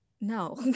no